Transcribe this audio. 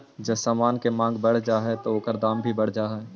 जब समान के मांग बढ़ जा हई त ओकर दाम बढ़ जा हई